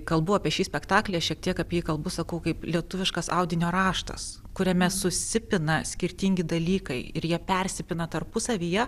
kalbu apie šį spektaklį aš šiek tiek apie jį kalbu sakau kaip lietuviškas audinio raštas kuriame susipina skirtingi dalykai ir jie persipina tarpusavyje